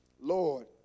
Lord